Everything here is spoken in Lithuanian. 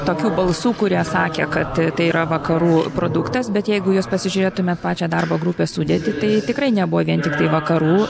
tokių balsų kurie sakė kad tai yra vakarų produktas bet jeigu jūs pasižiūrėtumėt pačią darbo grupės sudėtį tai tikrai nebuvo vien tiktai vakarų